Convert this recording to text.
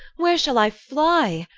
where shall i fly,